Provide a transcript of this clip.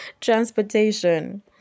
transportation